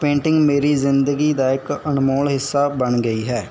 painting ਮੇਰੀ ਜ਼ਿੰਦਗੀ ਦਾ ਇੱਕ ਅਨਮੋਲ ਹਿੱਸਾ ਬਣ ਗਈ ਹੈ